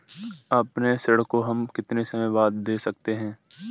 अपने ऋण को हम कितने समय बाद दे सकते हैं?